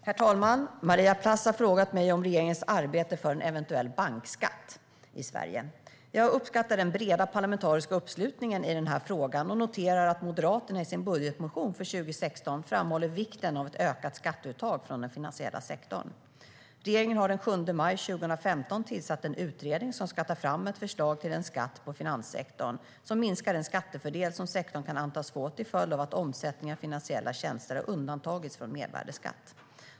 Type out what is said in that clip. Herr talman! Maria Plass har frågat mig om regeringens arbete för en eventuell bankskatt i Sverige. Jag uppskattar den breda parlamentariska uppslutningen i den här frågan och noterar att Moderaterna i sin budgetmotion för 2016 framhåller vikten av ett ökat skatteuttag från den finansiella sektorn. Regeringen har den 7 maj 2015 tillsatt en utredning som ska ta fram ett förslag till en skatt på finanssektorn som minskar den skattefördel som sektorn kan antas få till följd av att omsättning av finansiella tjänster har undantagits från mervärdesskatt.